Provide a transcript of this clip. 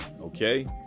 okay